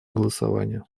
голосования